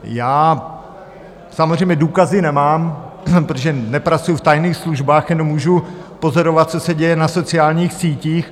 Já samozřejmě důkazy nemám, protože nepracuji v tajných službách, jen můžu pozorovat, co se děje na sociálních sítích.